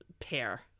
pair